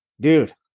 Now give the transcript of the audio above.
Dude